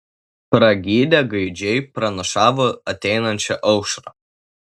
pragydę gaidžiai pranašavo ateinančią aušrą